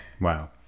Wow